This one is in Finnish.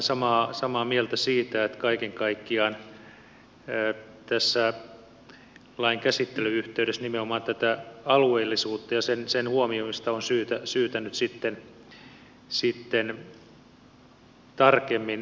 olen samaa mieltä siitä että kaiken kaikkiaan tässä lain käsittelyn yhteydessä nimenomaan tätä alueellisuutta ja sen huomioimista on syytä nyt sitten tarkemmin arvioida